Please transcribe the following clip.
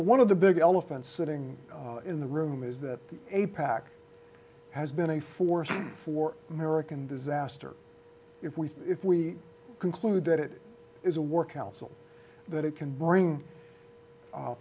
one of the big elephant sitting in the room is that a pac has been a force for american disaster if we if we conclude that it is a work out so that it can bring